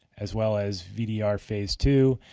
as well as vdr phase two,